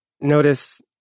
notice